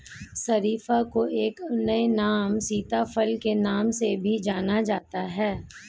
शरीफा को एक अन्य नाम सीताफल के नाम से भी जाना जाता है